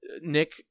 Nick